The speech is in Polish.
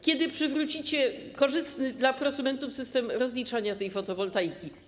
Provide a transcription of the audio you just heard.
Kiedy przywrócicie korzystny dla prosumentów system rozliczania tej fotowoltaiki?